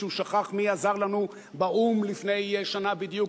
אם מישהו שכח מי עזר לנו באו"ם לפני שנה בדיוק